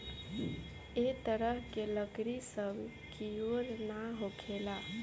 ए तरह के लकड़ी सब कियोर ना होखेला